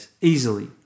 easily